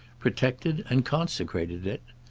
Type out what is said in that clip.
protected and consecrated it.